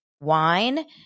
wine